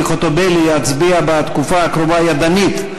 חוטובלי ביקשה להצביע בתקופה הקרובה ידנית,